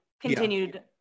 continued